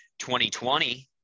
2020